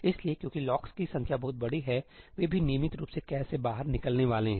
इसलिए क्योंकि लॉक्स की संख्या बहुत बड़ी है वे भी नियमित रूप से कैश से बाहर निकलने वाले हैं